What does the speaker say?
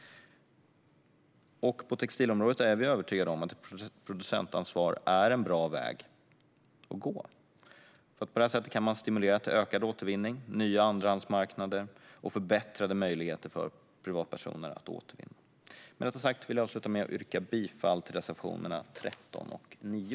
På textilområdet är vi övertygade om att producentansvar är en bra väg att gå. På det sättet kan man stimulera till ökad återvinning, nya andrahandsmarknader och förbättrade möjligheter för privatpersoner att återvinna. Med detta sagt vill jag avsluta med att yrka bifall till reservationerna 13 och 9.